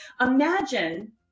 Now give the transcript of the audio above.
imagine